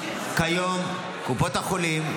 כיום קופות החולים,